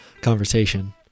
conversation